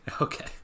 Okay